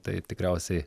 taip tikriausiai